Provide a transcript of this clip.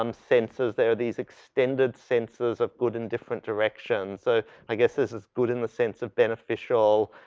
um sensors, there are these extended sensors of good in different directions. so, i guess this is good in the sense of beneficial,